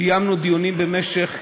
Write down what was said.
קיימנו דיונים במשך,